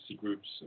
groups